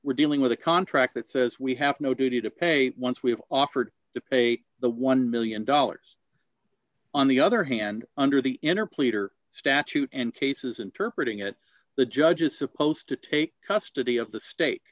we're dealing with a contract that says we have no duty to pay once we've offered to pay the one million dollars on the other hand under the inner pleader statute and cases interpret ing it the judge is supposed to take custody of the state